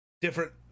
different